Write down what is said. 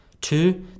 Two